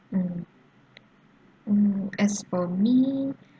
mm mm as for me